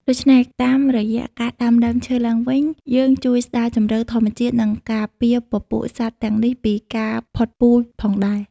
ដូច្នេះតាមរយៈការដាំដើមឈើឡើងវិញ យើងជួយស្ដារជម្រកធម្មជាតិ និងការពារពពួកសត្វទាំងនេះពីការផុតពូជផងដែរ។